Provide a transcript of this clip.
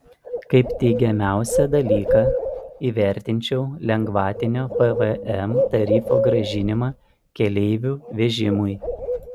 kaip teigiamiausią dalyką įvertinčiau lengvatinio pvm tarifo grąžinimą keleivių vežimui